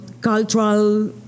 cultural